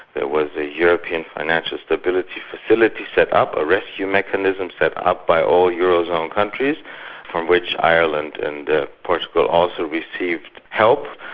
there was a european financial stability facility set up, a rescue mechanism set up by all euro zone countries, from which ireland and portugal also received help.